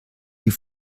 die